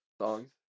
Songs